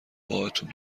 باهاتون